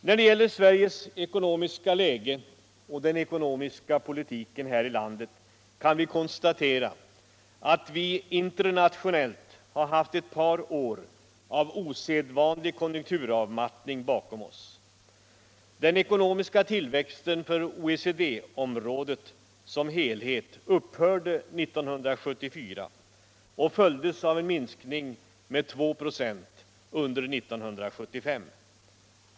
När det gäller Sveriges ekonomiska läge och den ekonomiska politiken här i landet kan vi konstatera att vi internationellt har ett par år av osedvanlig konjunkturavmattning bakom oss. Den ekonomiska tillväxten för OECD-området som helhet upphörde 1974 och följdes av en minskning med 2 ". under 1975.